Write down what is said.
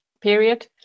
period